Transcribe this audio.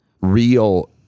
real